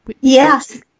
Yes